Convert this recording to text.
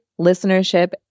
listenership